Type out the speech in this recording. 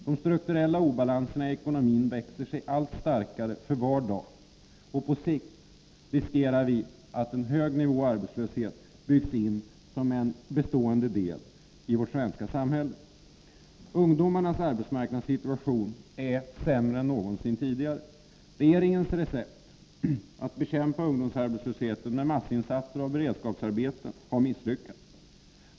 De strukturella obalanserna i ekonomin växer sig allt starkare för var dag, och på sikt riskerar vi att en arbetslöshet på en hög nivå byggs in som en bestående del i vårt svenska samhälle. Ungdomarnas arbetsmarknadssituation är sämre än någonsin tidigare. Regeringens recept att bekämpa ungdomsarbetslösheten med massinsatser av beredskapsarbeten har misslyckats.